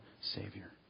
Savior